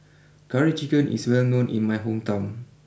Curry Chicken is well known in my hometown